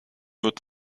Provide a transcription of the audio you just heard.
wird